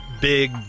big